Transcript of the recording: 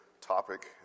topic